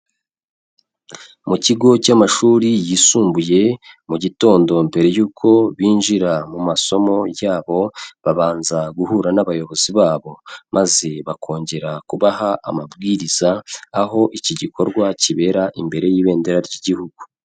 Mu kigo cy'amashuri yisumbuye mu gitondo mbere y'uko binjira mu masomo yabo, babanza guhura n'abayobozi babo, maze bakongera kubaha amabwiriza, aho iki gikorwa kibera imbere y'ibendera ry'igihugu.